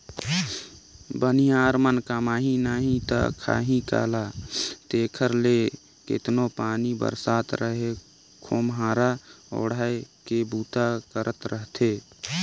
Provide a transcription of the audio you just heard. बनिहार मन कमाही नही ता खाही काला तेकर ले केतनो पानी बरसत रहें खोम्हरा ओएढ़ के बूता करत रहथे